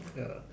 ya